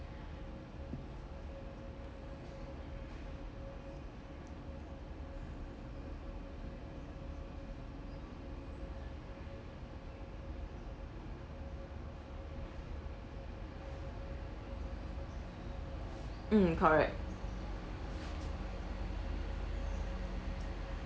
mm correct